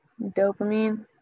dopamine